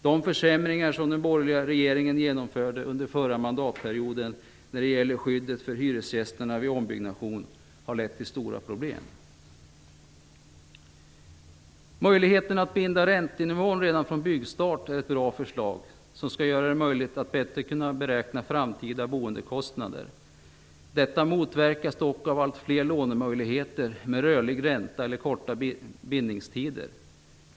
De försämringar som den borgerliga regeringen genomförde under förra mandatperioden när det gäller skyddet för hyresgästerna vid ombyggnation har lett till stora problem. Möjligheterna att binda räntenivån redan från byggstart är ett bra förslag som skall göra det möjligt att bättre kunna beräkna framtida boendekostnader. Detta motverkas dock av allt fler lånemöjligheter med rörlig ränta eller korta bindningstider.